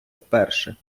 вперше